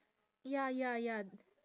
ya ya ya